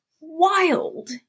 wild